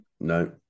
No